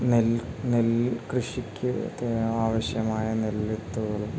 നെൽ നെൽക്കൃഷിക്ക് ആവശ്യമായ നെൽവിത്തുകളും